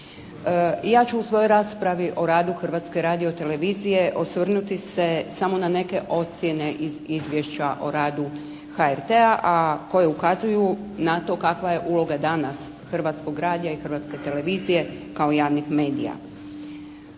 ja ću u svojoj raspravi o radu Hrvatske radiotelevizije osvrnuti se samo na neke ocjene iz izvješća o radu HRT-a, a koje ukazuju na to kakva je uloga danas Hrvatskog radija i Hrvatske televizije kao javnih medija.